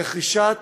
רכישת